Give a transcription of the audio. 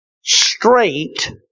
Straight